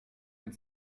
mit